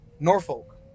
Norfolk